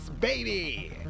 Baby